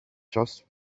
just